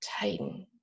Tighten